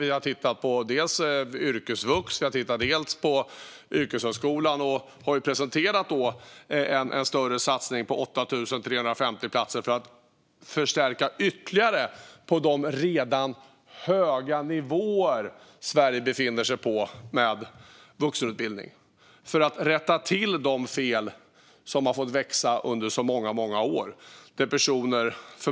Vi har tittat på yrkesvux och yrkeshögskolan och har presenterat en större satsning på 8 350 platser för att förstärka ytterligare på de redan höga nivåer som Sverige befinner sig på när det gäller vuxenutbildning och för att rätta till de fel som har fått växa under så många år.